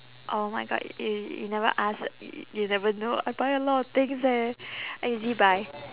oh my god y~ you never ask y~ you never know I buy a lot of things eh ezbuy